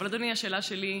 אבל אדוני, השאלה שלי,